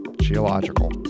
Geological